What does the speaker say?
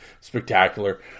spectacular